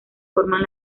forman